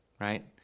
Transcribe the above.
right